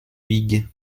huyghe